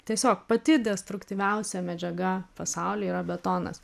tiesiog pati destruktyviausia medžiaga pasaulyje yra betonas